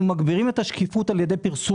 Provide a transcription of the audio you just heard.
אנחנו מגבירים את השקיפות על ידי פרסום